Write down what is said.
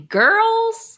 girls